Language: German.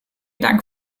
dank